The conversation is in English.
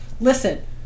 Listen